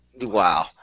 wow